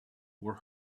were